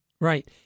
Right